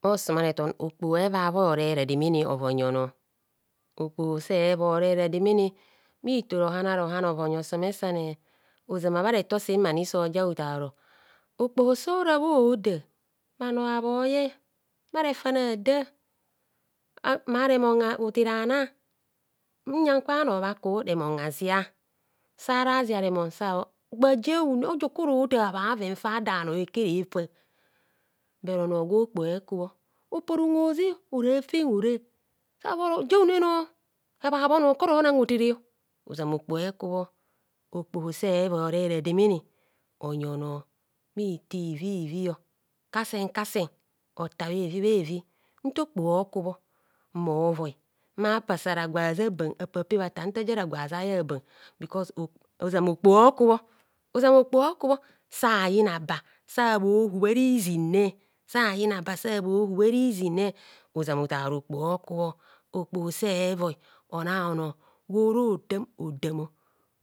Bhosuma reton okpo evavoi ore ra demene ovonyi onor. Okpo sevoi ore rademene bhito royana royan ovonyi osome sane ozama bhare to samani soja ota oro okpo so ra bhohoda bhano habhoye bharefane ada bha remon otere ana nyon kwa bhana bhaka remon azia sarazia remon sora gbaje he ne ojokoro tabhe fada nor ekere buro nor gwa okpoho ekubho opora unwe oze ora afan ora sabhoro jeheune nor ehabhahabh onor koro na hotere ozama okpo ekubho okpoho sé voi ore rademene onyi onor bhito ivivio kasen kasen ota bhevibhevi nta okpo okubho mmovoi ma apasara gwa hajaban apapeb átá ntajara gwa aja ye aban bkos ozama okpo okubho ozama okpoho okubho sayina ba sabhohub ara izinne sayina ba sa bho hub ara, izinne ozamaotara okpo okubho okpo sevoi ona onor gworo dam odamo